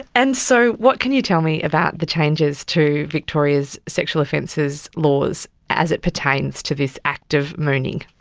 and so what can you tell me about the changes to victoria's sexual offences laws as it pertains to this act of mooning?